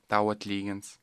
tau atlygins